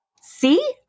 See